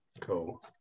Cool